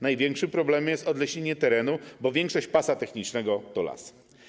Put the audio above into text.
Największym problemem jest odlesienie terenu, bo większość pasa technicznego to las.